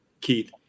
Keith